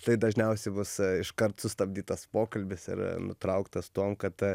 tai dažniausiai bus iškart sustabdytas pokalbis ir nutrauktas tuom kad